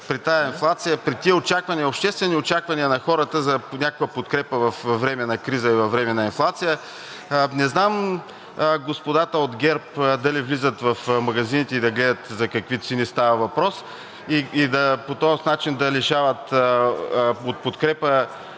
при тези обществени очаквания на хората за някаква подкрепа във време на криза и във време на инфлация, не знам дали господата от ГЕРБ влизат в магазините и да гледат за какви цени става въпрос и по този начин да лишават от подкрепа